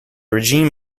regime